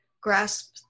grasp